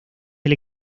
del